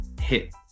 hit